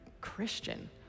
Christian